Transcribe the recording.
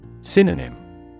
Synonym